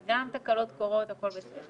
אז גם תקלות קורות, הכול בסדר.